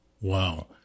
Wow